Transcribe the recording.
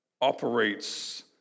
operates